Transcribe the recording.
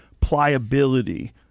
pliability